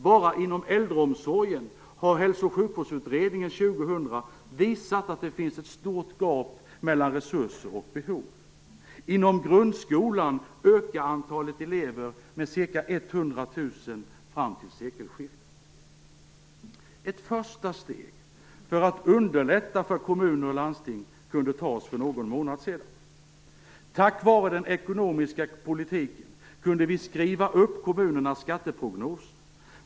Bara inom äldreomsorgen har Hälso och sjukvårdsutredningen 2000 visat att det finns ett stort gap mellan resurser och behov. Inom grundskolan ökar antalet elever med ca 100 000 fram till sekelskiftet. Ett första steg för att underlätta för kommuner och landsting kunde tas för någon månad sedan. Tack vare den ekonomiska politiken kunde vi skriva upp kommunernas skatteprognoser.